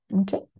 okay